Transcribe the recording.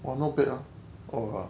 !wah! not bad lah ah !wah!